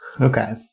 Okay